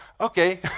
okay